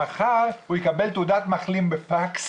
שמחר הוא יקבל תעודת מחלים בפקס,